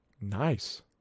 Nice